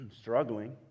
struggling